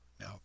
Now